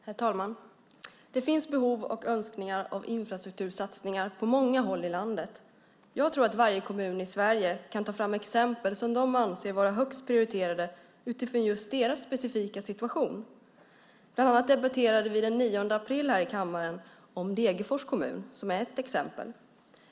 Herr talman! Det finns behov av och önskningar om infrastruktursatsningar på många håll i landet. Jag tror att alla kommuner i Sverige kan ta fram exempel som de anser vara högst prioriterade utifrån just deras specifika situation. Bland annat debatterade vi den 9 april här i kammaren om Degerfors kommun som är ett exempel.